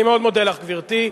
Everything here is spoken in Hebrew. אני מאוד מודה לך, גברתי.